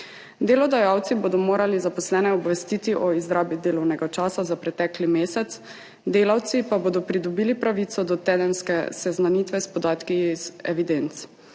Delodajalci bodo morali zaposlene obvestiti o izrabi delovnega časa za pretekli mesec, delavci pa bodo pridobili pravico do tedenske seznanitve s podatki iz evidenc.